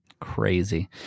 Crazy